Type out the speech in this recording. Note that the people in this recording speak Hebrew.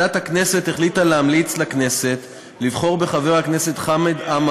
והבריאות וועדת החוץ והביטחון לפי חוק שירות לאומי-אזרחי,